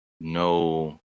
no